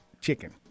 chicken